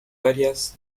áreas